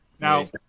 Now